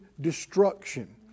destruction